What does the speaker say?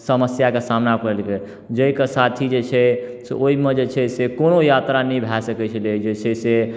समस्याके सामना परलै जाहिके साथ ही जे छै से ओहिमे जे छै से कोनो यात्रा नहि भऽ सके छलै जे छै से